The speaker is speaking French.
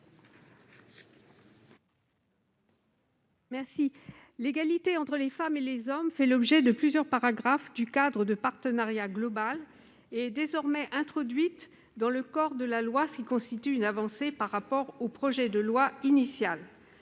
Lepage. L'égalité entre les femmes et les hommes fait l'objet de plusieurs paragraphes du cadre de partenariat global et est désormais introduite dans le corps du texte, ce qui constitue une avancée par rapport au projet de loi initial.